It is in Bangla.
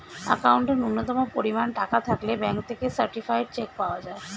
অ্যাকাউন্টে ন্যূনতম পরিমাণ টাকা থাকলে ব্যাঙ্ক থেকে সার্টিফায়েড চেক পাওয়া যায়